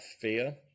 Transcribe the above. fear